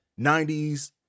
90s